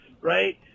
right